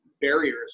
barriers